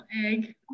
egg